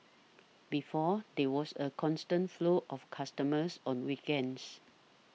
before there was a constant flow of customers on weekends